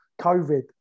COVID